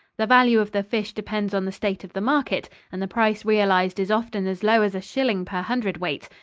the value of the fish depends on the state of the market, and the price realized is often as low as a shilling per hundred weight.